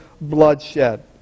bloodshed